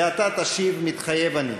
ואתה תשיב: "מתחייב אני".